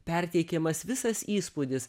perteikiamas visas įspūdis